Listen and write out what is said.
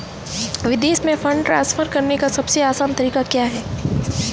विदेश में fund transfer करने का सबसे आसान तरीका क्या है?